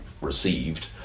received